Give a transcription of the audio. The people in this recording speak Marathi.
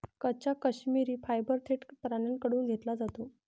कच्चा काश्मिरी फायबर थेट प्राण्यांकडून घेतला जातो